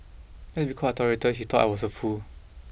just because I tolerated he thought I was a fool